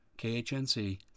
KHNC